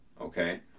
Okay